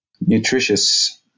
nutritious